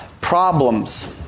problems